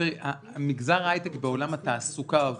מגזר ההייטק בעולם התעסוקה,